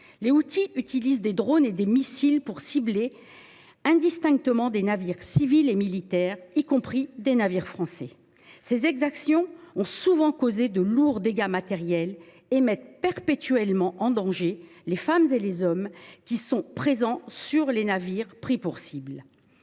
Les Houthis utilisent des drones et des missiles pour cibler indistinctement des navires civils et militaires, y compris des navires français. Ces exactions ont souvent causé de lourds dégâts matériels et mettent perpétuellement en danger les femmes et les hommes qui sont présents sur les navires pris pour cible.